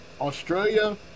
Australia